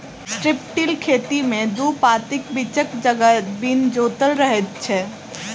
strip till खेती मे दू पाँतीक बीचक जगह बिन जोतल रहैत छै